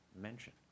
mention